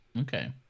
okay